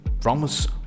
Promise